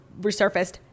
resurfaced